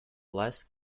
less